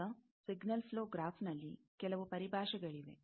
ಈಗ signal flow ಗ್ರಾಫ್ನಲ್ಲಿ ಕೆಲವು ಪರಿಭಾಷೆಗಳಿವೆ